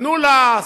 תנו לה,